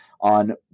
On